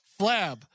Flab